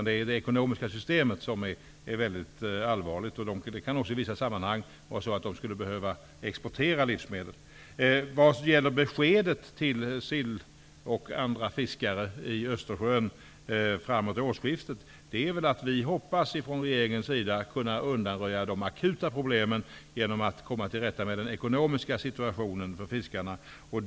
Det är det ekonomiska systemet som är mycket allvarligt. Det kan i vissa sammanhang vara så att länderna i fråga i stället skulle behöva exportera livsmedel. Östersjön om situationen efter årsskiftet är att vi från regeringens sida hoppas kunna undanröja de akuta problemen genom att komma till rätta med den ekonomiska situationen för fiskarna.